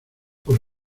por